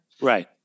Right